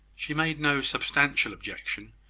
she made no substantial objection,